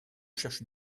cherche